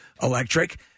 electric